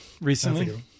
recently